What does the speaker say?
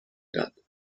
داد